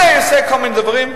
הנה עשה כל מיני דברים,